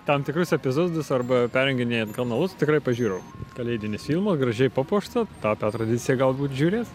tam tikrus epizodus arba perjunginėjant kanalus tikrai pažiūrau kalėdinis filmas gražiai papuošta tapę tradicija galbūt žiūrės